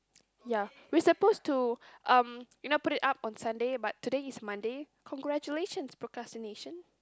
ya we suppose to um you know put it up on Sunday but today is Monday congratulations procrastination